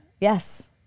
Yes